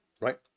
right